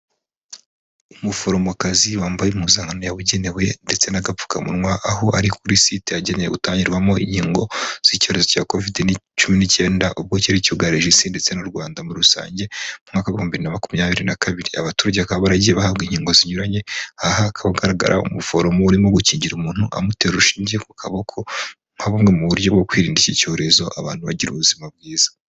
Umuforomokazi wambaye impuzankane yabugenewe ndetse n'agapfukamunwa, aho ari kuri site yagenewe gutangirwamo inkingo z'icyorezo cya covid cumi n'icyenda, ubwo cyari cyugarije isi ndetse n'u Rwanda muri rusange, mu mwaka w'ibihumbi bibiri na makumyabiri na kabiri. Abaturage bakaba baragiye bahabwa inkingo zinyuranye, aha hakabagaragara umuforomo urimo gukingira umuntu amutera urushingiye ku kaboko, nka bumwe mu buryo bwo kwirinda iki cyorezo, abantu bagira ubuzima bwiza.